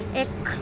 ਇੱਕ